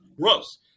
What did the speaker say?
Gross